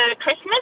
Christmas